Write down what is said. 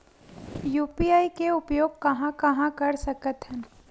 UPI के उपयोग कहां कहा कर सकत हन?